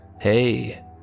Hey